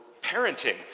parenting